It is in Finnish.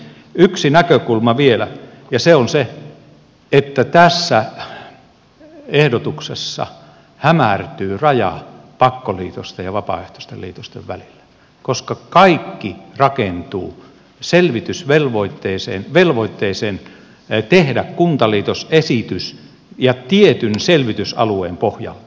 yksi näkökulma vielä ja se on se että tässä ehdotuksessa hämärtyy raja pakkoliitosten ja vapaaehtoisten liitosten välillä koska kaikki rakentuu selvitysvelvoitteeseen tehdä kuntaliitosesitys ja tietyn selvitysalueen pohjalta